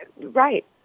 Right